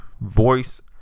voice